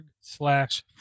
slash